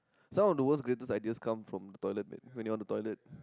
some of the world's greatest ideas come from the toilet man when you're on the toilet